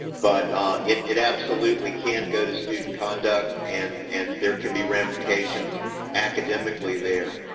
but it it absolutely can go to student conduct, and and there can be ramifications academically there.